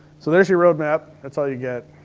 so there's your roadmap. that's all you get.